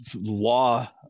law